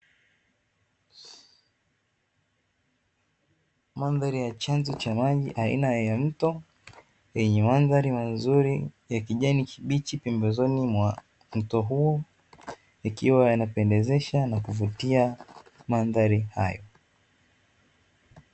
Mandhari ya chanzo cha maji aina ya mto yenye mandhari mazuri ya kijani kibichi pembezoni mwa mto huo, ikiwa inapendezesha na kuvutia mandhari hayo.